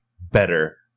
better